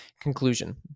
Conclusion